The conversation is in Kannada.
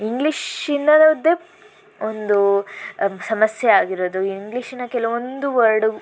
ಇಂಗ್ಲೀಷ್ ಇಂದಲೇ ಒಂದು ಸಮಸ್ಯೆ ಆಗಿರೋದು ಇಂಗ್ಲೀಷಿನ ಕೆಲವೊಂದು ವರ್ಡ್